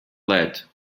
let